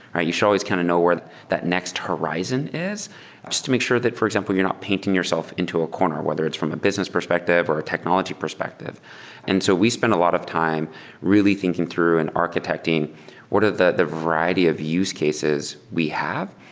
you should always kind of know where that next horizon is just to make sure that, for example, you're not painting yourself into a corner, whether it's from a business perspective or a technology perspective and so we spend a lot of time really thinking through and architecting what are the the variety of use cases we have.